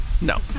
No